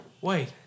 Wait